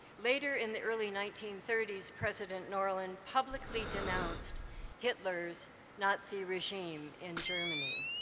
later in the early nineteen thirty s, president norlin publicly denounced hitler's nazi regime in germany.